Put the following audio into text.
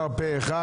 אושר פה אחד.